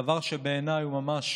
דבר שבעיניי הוא ממש